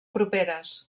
properes